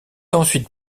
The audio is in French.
ensuite